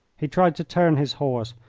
he tried to turn his horse,